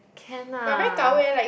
can ah